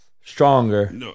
stronger